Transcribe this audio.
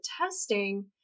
testing